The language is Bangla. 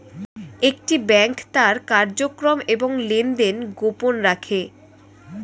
একটি ব্যাংক তার কার্যক্রম এবং লেনদেন গোপন রাখে